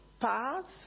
paths